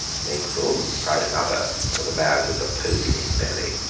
make room, cried another, for the man with the pope in his belly.